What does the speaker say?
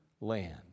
land